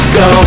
go